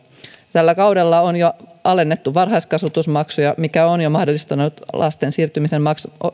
tällä kaudella on jo alennettu varhaiskasvatusmaksuja mikä on mahdollistanut lasten siirtymisen